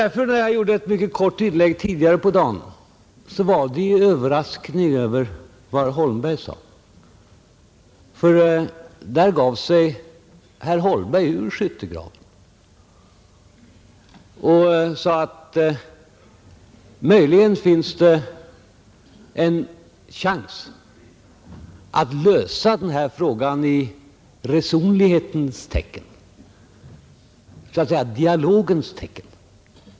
Då jag gjorde ett mycket kort inlägg tidigare under dagen var det i överraskning över vad herr Holmberg sade. Herr Holmberg gav sig nämligen ur skyttegraven och sade, att det möjligen finns en chans att lösa denna fråga i resonlighetens tecken, så att säga i dialogens tecken.